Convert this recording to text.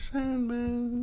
Sandman